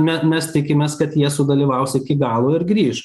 me mes tikimės kad jie sudalyvaus iki galo ir grįš